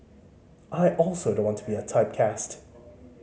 I also don't want to be typecast